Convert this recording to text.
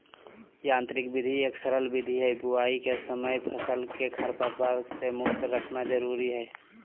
यांत्रिक विधि एक सरल विधि हई, बुवाई के समय फसल के खरपतवार से मुक्त रखना जरुरी हई